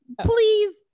please